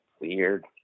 weird